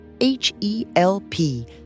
H-E-L-P